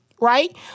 Right